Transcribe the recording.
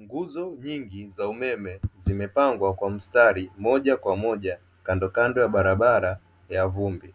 Nguzo nyingi za umeme zimepangwa kwa mstari moja kwa moja kandokando ya barabara ya vumbi